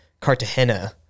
Cartagena